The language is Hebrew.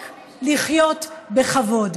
רק לחיות בכבוד.